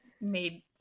made